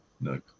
no